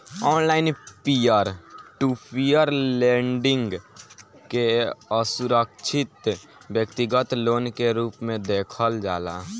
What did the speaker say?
online peer to peer lending के असुरक्षित व्यतिगत लोन के रूप में देखल जाला